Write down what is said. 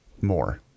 more